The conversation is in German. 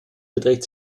beträgt